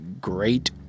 great